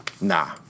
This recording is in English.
Nah